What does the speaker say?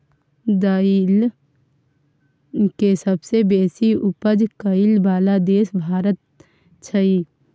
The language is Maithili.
दाइल के सबसे बेशी उपज करइ बला देश भारत छइ